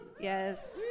Yes